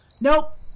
Nope